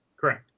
Correct